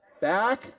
Back